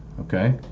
okay